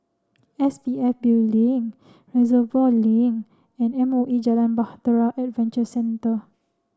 S P F Building Reservoir Link and M O E Jalan Bahtera Adventure Centre